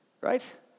right